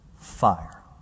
fire